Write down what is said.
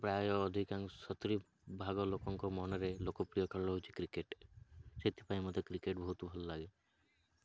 ପ୍ରାୟ ଅଧିକାଂଶ ସତୁରି ଭାଗ ଲୋକଙ୍କ ମନରେ ଲୋକପ୍ରିୟ ଖେଳ ହେଉଛି କ୍ରିକେଟ୍ ସେଥିପାଇଁ ମୋତେ କ୍ରିକେଟ୍ ବହୁତ ଭଲ ଲାଗେ